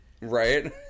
Right